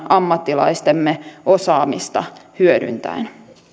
ammattilaistemme osaamista hyödyntäen